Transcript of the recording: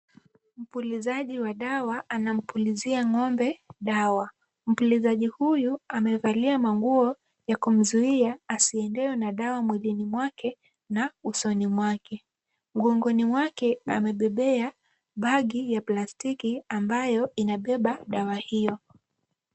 Mpulizaji wa dawa anampulizia ng'ombe dawa. Mpulizaji huyu amevalia manguo ya kumzuia asiendewe na dawa mwilini mwake na usoni mwake. Mgongoni wake amebebea bag ya plastiki ambayo inabeba dawa hiyo.